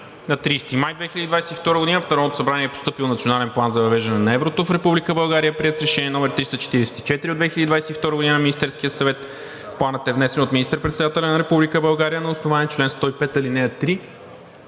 На 30 май 2022 г. в Народното събрание е постъпил Национален план за въвеждане на еврото в Република България, приет с Решение № 344 от 2022 г. на Министерския съвет. Планът е внесен от министър-председателя на Република България на основание чл. 105, ал. 3